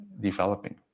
developing